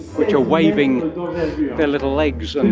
which are waving their little legs and